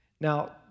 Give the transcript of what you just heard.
Now